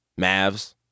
Mavs